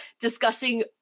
discussing